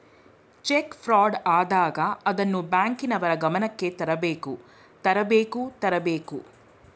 check fraud ಆದಾಗ ಅದನ್ನು ಬ್ಯಾಂಕಿನವರ ಗಮನಕ್ಕೆ ತರಬೇಕು ತರಬೇಕು ತರಬೇಕು